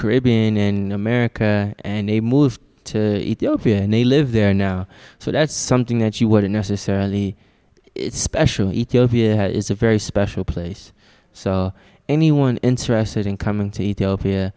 caribbean in america and they moved to the opiah and they live there now so that's something that you wouldn't necessarily it's special ethiopia is a very special place so anyone interested in coming to ethiopia